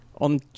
On